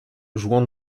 jouant